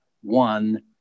one